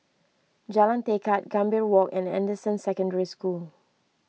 Jalan Tekad Gambir Walk and Anderson Secondary School